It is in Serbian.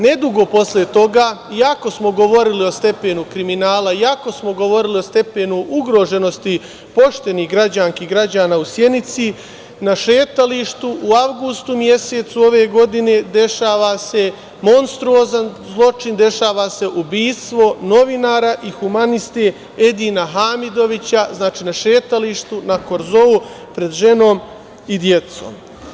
Nedugo posle toga i ako smo govorili o stepenu kriminala i ako smo govorili o stepenu ugroženosti poštenih građanki i građana u Sjenici, na šetalištu u avgustu mesecu ove godine dešava se monstruozan zločin, dešava se ubistvo novinara i humanisti Edina Hamidovića, znači, na šetalištu, na korzou pred ženom i decom.